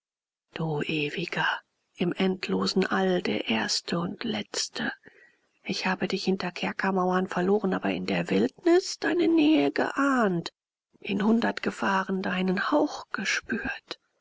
du ewiger im endlosen all der erste und letzte ich habe dich hinter kerkermauern verloren aber in der wildnis deine nähe geahnt in hundert gefahren deinen hauch gespült